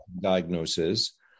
diagnosis